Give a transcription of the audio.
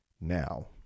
Now